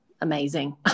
amazing